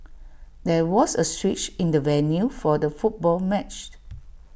there was A switch in the venue for the football match